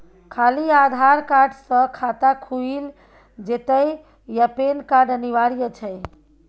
खाली आधार कार्ड स खाता खुईल जेतै या पेन कार्ड अनिवार्य छै?